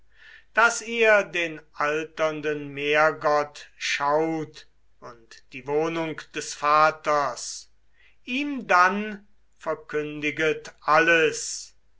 daß ihr den alternden meergott schaut und die wohnung des vaters ihm dann verkündiget alles